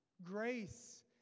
Grace